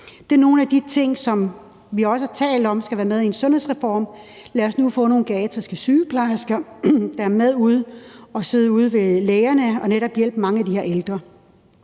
Det er nogle af de ting, som vi også har talt om skal være med i en sundhedsreform. Lad os nu få nogle geriatriske sygeplejersker, der sidder med ude ved lægerne, for netop at hjælpe mange af de her ældre.